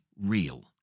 real